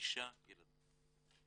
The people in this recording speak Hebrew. חמישה ילדים.